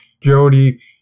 Jody